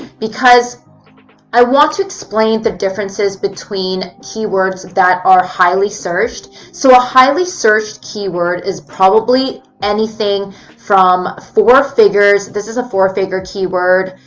because i want to explain the differences between keywords that are highly searched. so a highly searched keyword is probably anything from four figures, this is a four figure keyword,